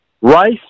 Rice